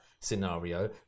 scenario